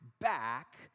back